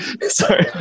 Sorry